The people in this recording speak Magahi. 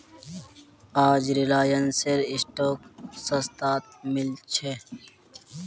आज रिलायंसेर स्टॉक सस्तात मिल छ